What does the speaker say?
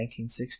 1960